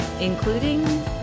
including